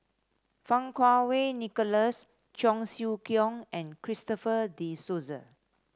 Fang Kuo Wei Nicholas Cheong Siew Keong and Christopher De Souza